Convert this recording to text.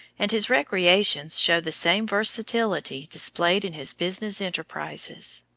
and his recreations show the same versatility displayed in his business enterprises.